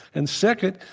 and second,